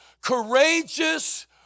courageous